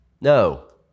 No